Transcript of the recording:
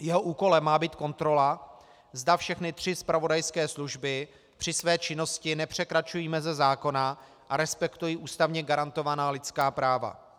Jeho úkolem má být kontrola, zda všechny tři zpravodajské služby při své činnosti nepřekračují meze zákona a respektují ústavně garantovaná lidská práva.